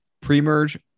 pre-merge